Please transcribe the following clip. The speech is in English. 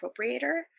appropriator